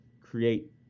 create